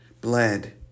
bled